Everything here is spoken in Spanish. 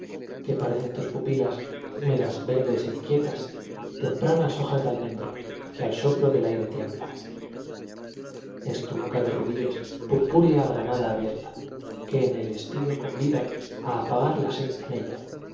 que parecen tus pupilas húmedas verdes é inquietas tempranas hojas de almendro que al soplo del aire tiemblan es tu boca de rubíes purpúrea granada abierta que en el estío convida á apagar la sed en ella